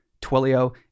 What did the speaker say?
Twilio